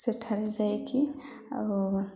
ସେଠାରେ ଯାଇକି ଆଉ